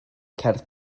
cerdd